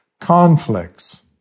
conflicts